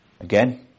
Again